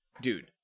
dude